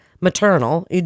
maternal